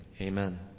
amen